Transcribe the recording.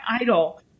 idol